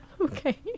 Okay